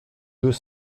deux